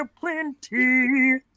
Plenty